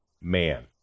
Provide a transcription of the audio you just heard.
man